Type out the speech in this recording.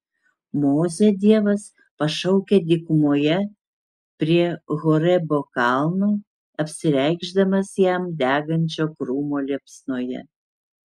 mozę dievas pašaukia dykumoje prie horebo kalno apsireikšdamas jam degančio krūmo liepsnoje